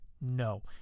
No